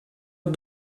het